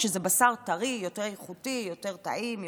שזה בשר טרי, יותר איכותי, יותר טעים.